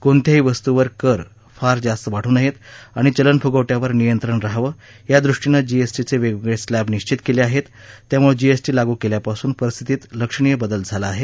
कोणत्याही वस्तूवर कर फार जास्त वाढू नयेत आणि चलनफुगवटयावर नियंत्रण रहावं यादृष्टीनं जीएसटीचे वेगवेगळे स्लॅब निश्चित केले आहेत त्यामुळे जीएसटी लागू केल्यापासून परिस्थितीत लक्षणीय बदल झाला आहे